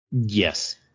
yes